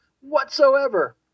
Whatsoever